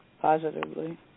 positively